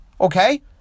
okay